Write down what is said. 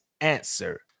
answer